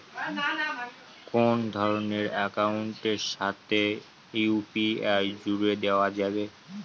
কোন ধরণের অ্যাকাউন্টের সাথে ইউ.পি.আই জুড়ে দেওয়া যাবে?